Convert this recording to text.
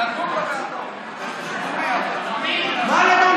נדון בה --- מה נדון?